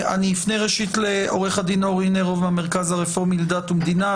אני אפנה ראשית לעו"ד אורי נרוב מהמרכז הרפורמי לדת ומדינה,